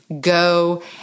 go